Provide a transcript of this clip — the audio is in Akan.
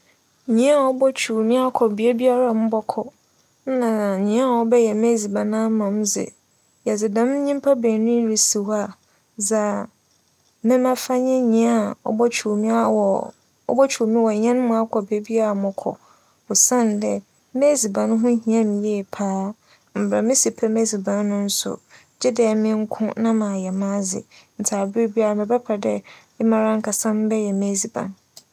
Nyia obotwuw me akͻ bea biara mobͻkͻ nna nyia ͻbɛyɛ m'edziban ama me dze, medze dɛm nyimpa beenu yi risi hͻ dze a, dza mebɛfa nye nyia obotwuw me wͻ hɛn mu akͻ bea biara mobͻkͻ osiandɛ m'edziban ho hia me yie paa. Mbrɛ misi pɛ m'edziban no nso, gyedɛ emi nko na mayɛ m'adze ntsi aber biara mebɛpɛ dɛ emi mara ankasa mebɛyɛ m'edziban.